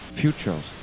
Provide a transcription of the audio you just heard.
Futures